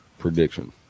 prediction